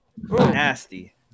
Nasty